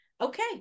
okay